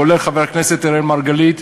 כולל חבר הכנסת אראל מרגלית,